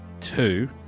Two